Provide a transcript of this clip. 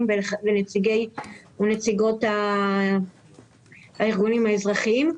ולנציגי ונציגות הארגונים האזרחיים.